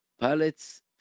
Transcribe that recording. pallets